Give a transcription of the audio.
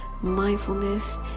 mindfulness